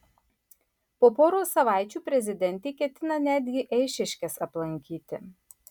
po poros savaičių prezidentė ketina netgi eišiškes aplankyti